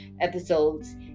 episodes